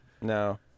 No